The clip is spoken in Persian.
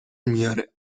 میاره